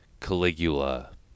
Caligula